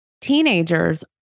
teenagers